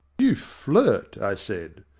you flirt! i said,